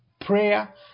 prayer